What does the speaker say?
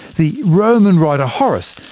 the roman writer, horace,